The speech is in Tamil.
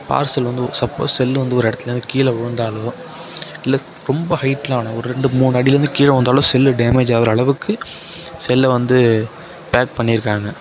பார்சல் வந்து சப்போஸ் செல்லு வந்து ஒரு இடத்துலருந்து கீழ விழுந்தாலோ இல்லை ரொம்ப ஹயிட்லாம் வேணா ஒரு ரெண்டு மூணு அடியிலருந்து கீழே விழுந்தாலோ செல்லு டேமேஜ் ஆகிற அளவுக்கு செல்லை வந்து பேக் பண்ணியிருக்காங்க